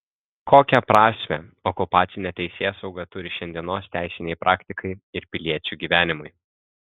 kokią prasmę okupacinė teisėsauga turi šiandienos teisinei praktikai ir piliečių gyvenimui